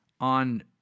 on